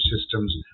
systems